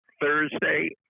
Thursday